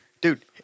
dude